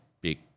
big